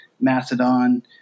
macedon